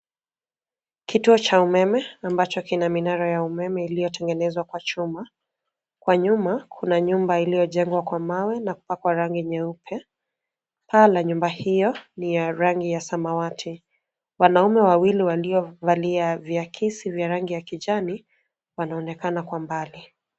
Kituo cha umeme ambacho kina minara ya umeme iliyotengenezwa kwa chuma. Kwa nyuma, kuna nyumba iliyojengwa kwa mawe na kupakwa rangi nyeupe. Paa la nyumba hiyo ni ya rangi ya samawati. Wanaume wawili waliovalia viakisi vya rangi ya kijani, wanaonekana kwa mbali.